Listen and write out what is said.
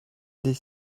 des